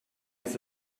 das